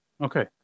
Okay